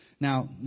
Now